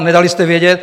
Nedali jste vědět.